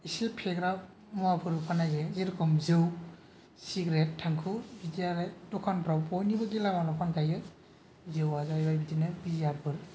इसे फेग्रा मुवाफोरबो फाननाय जायो जेरखम जौ सिगेरेत थांखु बिदि आरो दखानफ्राव बयनिबो गेलामालाव फानखायो जौआ जाहैबाय बिदिनो बियारफोर